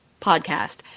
podcast